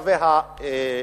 תושבי האזור.